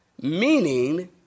Meaning